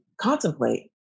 contemplate